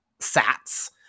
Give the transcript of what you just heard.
sats